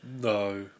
No